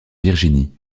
virginie